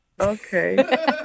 Okay